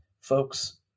folks